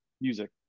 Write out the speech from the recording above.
music